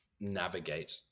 navigate